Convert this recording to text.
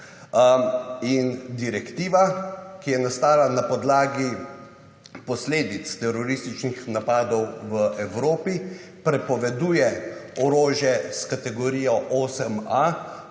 In direktiva, ki je nastala na podlagi posledic terorističnih napadov v Evropi, prepoveduje orožje s kategorijo 8A,